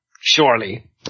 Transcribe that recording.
Surely